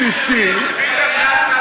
BBC, מהתחלה.